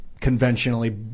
conventionally